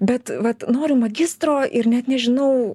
bet vat noriu magistro ir net nežinau